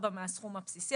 מהסכום הבסיסי.